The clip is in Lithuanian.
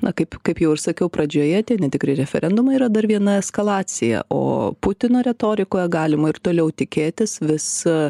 na kaip kaip jau ir sakiau pradžioje tie netikri referendumai yra dar viena eskalacija o putino retorikoje galima ir toliau tikėtis vis